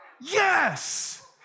Yes